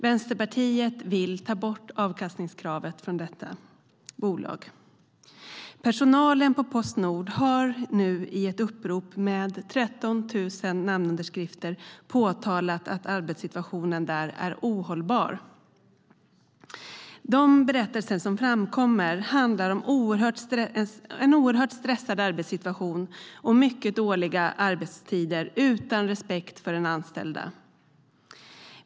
Vänsterpartiet vill ta bort avkastningskraven från detta bolag. Personalen på Postnord har nu i ett upprop med 13 000 namnunderskrifter påtalat att arbetssituationen är ohållbar. De berättelser som framkommer handlar om en oerhört stressad arbetssituation och mycket dåliga arbetstider utan respekt för den anställde.